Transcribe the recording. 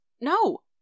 No